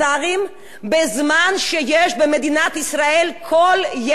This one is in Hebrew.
במדינת ישראל כל ילד שלישי מתחת לקו העוני.